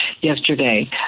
yesterday